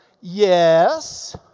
Yes